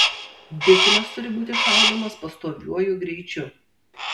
bitumas turi būti šaldomas pastoviuoju greičiu